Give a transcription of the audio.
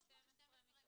312 מיטות.